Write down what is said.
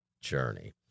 journey